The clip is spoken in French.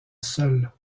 seule